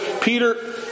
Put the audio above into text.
Peter